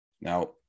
Now